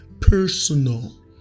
personal